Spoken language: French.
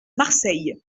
marseille